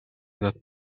that